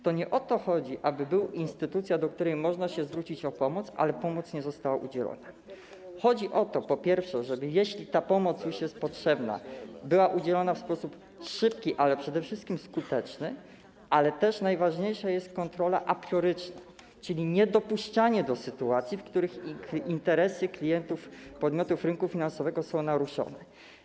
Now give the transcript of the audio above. Chodzi nie o to, aby była instytucja, do której można zwrócić się o pomoc, ale pomoc nie zostanie udzielona, tylko chodzi o to, po pierwsze, żeby ta pomoc, jeśli jest potrzebna, była udzielona w sposób szybki, ale przede wszystkim skuteczny, ale też najważniejsza jest kontrola aprioryczna, czyli niedopuszczanie do sytuacji, w których interesy klientów podmiotów rynku finansowego są naruszone.